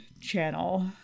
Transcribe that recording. channel